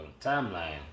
timeline